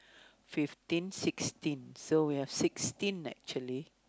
fifteen sixteen so we have sixteen actually